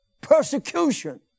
Persecution